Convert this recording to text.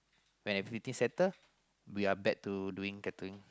when everything settle we are back to doing tattooing